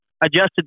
adjusted